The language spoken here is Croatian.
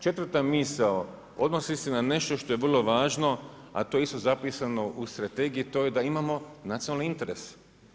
Četvrta misao odnosi se na nešto što je vrlo važno a to je isto zapisano u strategiji a to je da imamo nacionalne interese.